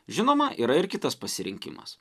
žinoma yra ir kitas pasirinkimas